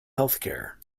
healthcare